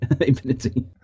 Infinity